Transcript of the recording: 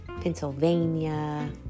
Pennsylvania